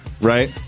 right